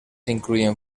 incluyen